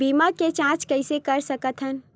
बीमा के जांच कइसे कर सकत हन?